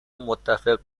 متفق